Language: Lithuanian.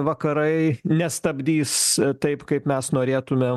vakarai nestabdys taip kaip mes norėtumėm